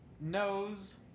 nose